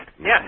yes